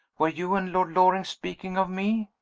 were you and lord loring speaking of me?